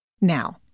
Now